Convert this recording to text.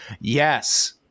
Yes